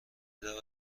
رود